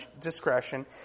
discretion